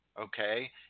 okay